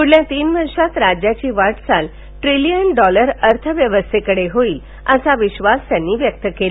पुढच्या तीन वर्षांत राज्याची वाटचाल ट्रिलियन डॉलर अर्थ व्यवस्थेकडे होईल असा विधास त्यांनी व्यक्त केला